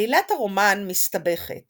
עלילת הרומן מסתבכת